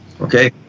okay